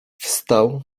wstał